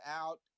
out